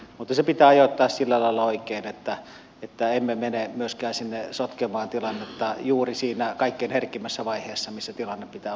mutta se pitää ajoittaa sillä lailla oikein että emme mene myöskään sinne sotkemaan tilannetta juuri siinä kaikkein herkimmässä vaiheessa missä tilanne pitää ottaa hallintaan